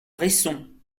resson